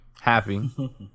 happy